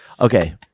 Okay